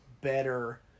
better